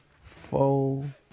four